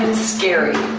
and scary.